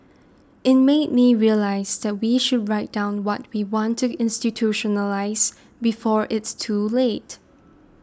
it made me realise that we should write down what we want to institutionalise before it's too late